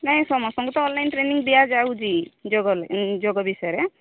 ନାଇଁ ସମସ୍ତଙ୍କୁ ତ ଅନ୍ଲାଇନ୍ ଟ୍ରେନିଂ ଦିଆଯାଉଛି ଯୋଗରେ ଯୋଗ ବିଷୟରେ